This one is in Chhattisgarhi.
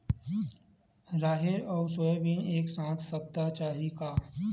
राहेर अउ सोयाबीन एक साथ सप्ता चाही का?